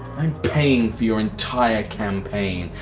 i'm paying for your entire campaign.